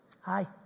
Hi